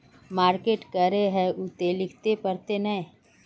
Market करे है उ ते सिखले पड़ते नय?